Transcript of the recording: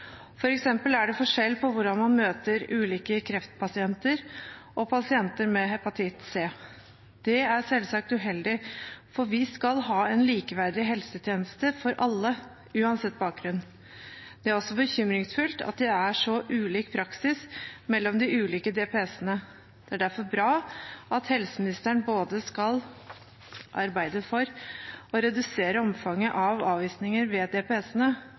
er det forskjell på hvordan man møter ulike kreftpasienter og pasienter med hepatitt C. Det er selvsagt uheldig, for vi skal ha en likeverdig helsetjeneste for alle, uansett bakgrunn. Det er også bekymringsfullt at det er så ulik praksis mellom de ulike DPS-ene. Det er derfor bra at helseministeren både skal arbeide for å redusere omfanget av avvisninger ved